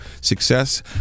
success